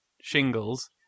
shingles